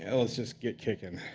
and let's just get kicking.